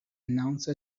announce